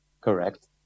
Correct